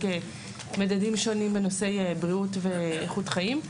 מדדים שונים בנושאי בריאות ואיכות חיים,